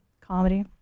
comedy